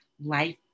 life